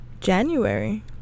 January